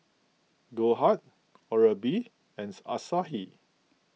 Goldheart Oral B and Asahi